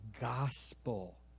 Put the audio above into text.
gospel